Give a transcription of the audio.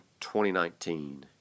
2019